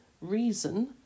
reason